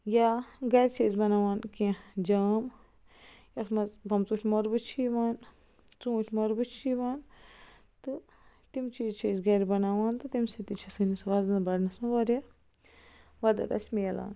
یا گَرِ چھِ أسۍ بَناوان کیٚنٛہہ جام یَتھ منٛز بمژوٗنٹھ مۄربہٕ چھُ یِوان ژوٗنٹھ مۄربہٕ چھُ یِوان تہٕ تِم چیٖز چھِ أسۍ گَرِ بَناوان تہِ تَمہِ سۭتۍ تہِ چھِ سٲنِس وَزن بڑنس منٛز وارِیاہ مَدد اَسہِ میلان